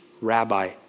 rabbi